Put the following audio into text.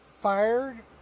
fired